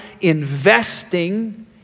investing